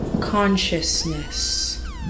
Consciousness